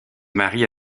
marie